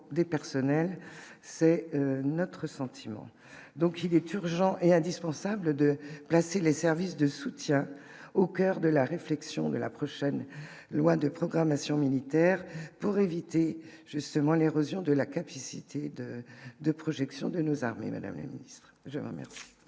des personnels, c'est notre sentiment, donc il est urgent et indispensable de placer les services de soutien au coeur de la réflexion de la prochaine loi de programmation militaire pour éviter justement l'érosion de la capacité de de projection de nous armer Madame je remercie.